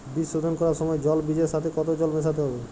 বীজ শোধন করার সময় জল বীজের সাথে কতো জল মেশাতে হবে?